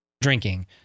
drinking